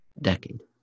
decade